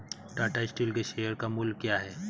Tata steel के share का मूल्य क्या है?